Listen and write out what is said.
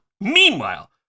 Meanwhile